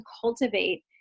cultivate